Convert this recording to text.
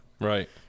Right